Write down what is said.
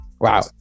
Wow